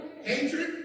Hatred